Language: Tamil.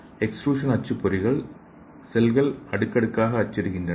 எக்ஸ்ட்ரூஷன் அச்சுப்பொறிகள் செல்கள் அடுக்கடுக்காக அச்சிடுகின்றன